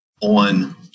on